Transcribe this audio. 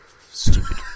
Stupid